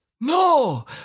No